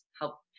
help